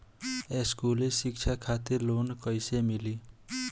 स्कूली शिक्षा खातिर लोन कैसे मिली?